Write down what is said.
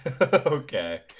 Okay